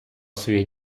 своїх